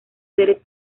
seres